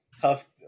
tough